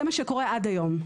זה מה שקורה עד היום.